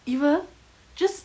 இவ:iva just